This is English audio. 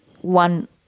one